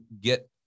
get